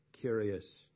curious